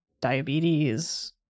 diabetes